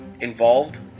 involved